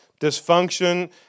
Dysfunction